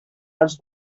els